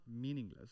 meaningless